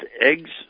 eggs